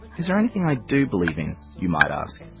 is there anything i do believe in you might ask?